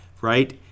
Right